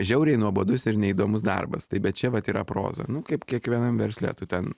žiauriai nuobodus ir neįdomus darbas tai bet čia vat yra proza nu kaip kiekvienam versle tu ten